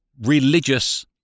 religious